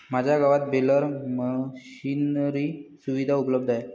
माझ्या गावात baler machinery सुविधा उपलब्ध आहे